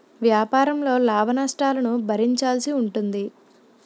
వ్యాపారంలో లాభనష్టాలను భరించాల్సి ఉంటుంది